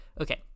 Okay